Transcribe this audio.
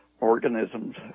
organisms